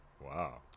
Wow